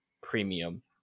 premium